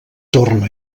torna